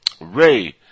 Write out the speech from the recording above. Ray